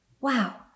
Wow